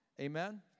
Amen